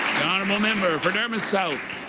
honourable member for dartmouth south.